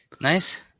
Nice